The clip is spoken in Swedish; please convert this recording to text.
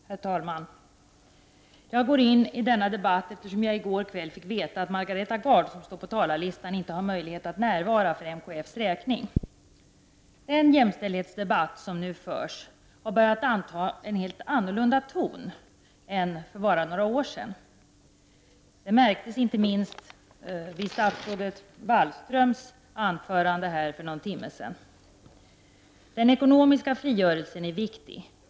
Herr talman! Jag går in i denna debatt eftersom jag i går kväll fick veta att Margareta Gard, som står på talarlistan, inte har möjlighet att närvara för Moderata kvinnoförbundets räkning. Den jämställdhetsdebatt som nu förs har börjat anta en helt annan ton än för bara några år sedan. Det märktes inte minst i statsrådet Wallströms anförande för någon timme sedan. Den ekonomiska frigörelsen är viktig.